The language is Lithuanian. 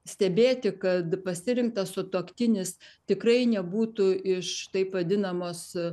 stebėti kad pasirinktas sutuoktinis tikrai nebūtų iš taip vadinamos